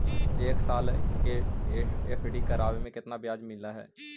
एक साल के एफ.डी करावे पर केतना ब्याज मिलऽ हइ?